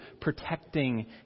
protecting